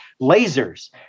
lasers